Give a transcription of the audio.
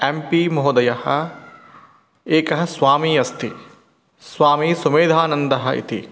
amphi महोदयः एकः स्वामी अस्ति स्वामी सुमेधानन्दः इति